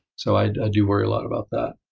so i do worry a lot about that.